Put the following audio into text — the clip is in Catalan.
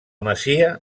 masia